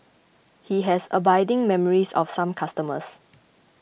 he has abiding memories of some customers